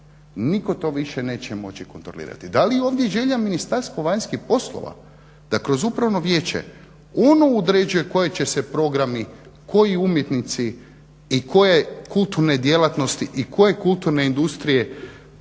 nitko to više neće moći kontrolirati. Da li ovdje želja Ministarstvo vanjskih poslova da kroz upravno vijeće ono određuje koji će se programi, koji umjetnici i koje kulturne djelatnosti i koje kulturne industrije